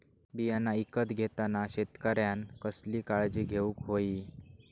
बियाणा ईकत घेताना शेतकऱ्यानं कसली काळजी घेऊक होई?